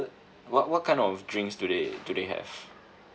what what kind of drinks do they do they have